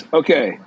okay